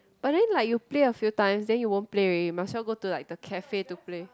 but then like you play a few times then you won't play already might as well go to like the cafe to play